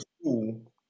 school